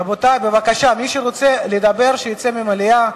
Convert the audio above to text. רבותי, בבקשה, מי שרוצה לדבר שיצא מהמליאה.